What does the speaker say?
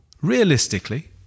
realistically